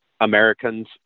Americans